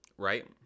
Right